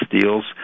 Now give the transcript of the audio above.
deals